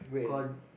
corn